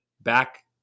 back